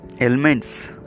elements